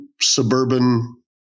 suburban